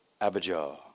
Abijah